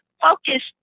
focus